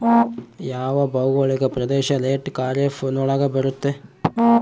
ಯಾವ ಭೌಗೋಳಿಕ ಪ್ರದೇಶ ಲೇಟ್ ಖಾರೇಫ್ ನೊಳಗ ಬರುತ್ತೆ?